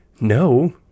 no